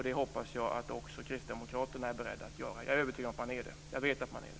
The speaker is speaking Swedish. Det hoppas jag också Kristdemokraterna är beredda att göra. Jag är övertygad om att man är det, och jag vet att man är det.